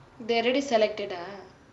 they already selected ah